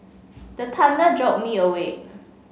the thunder jolt me awake